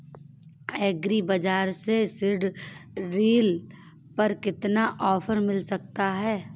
Agree बाजार से seed drill पर कितना ऑफर मिल सकता है?